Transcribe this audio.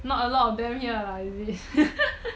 not a lot of barry ah is it